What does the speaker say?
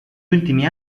ultimi